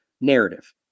narrative